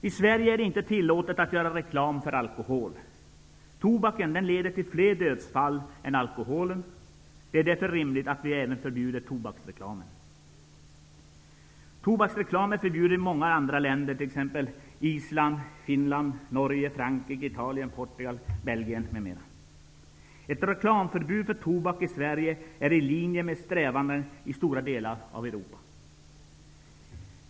I Sverige är det inte tillåtet att göra reklam för alkohol. Tobaken leder till fler dödsfall än alkoholen. Det är därför rimligt att vi även förbjuder tobaksreklam. Tobaksreklam är förbjuden i många andra länder, t.ex. Island, Belgien. Ett reklamförbud för tobak i Sverige är i linje med strävandena i stora delar av Europa.